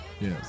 Yes